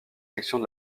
sections